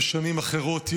בשנים אחרות,